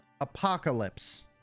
Apocalypse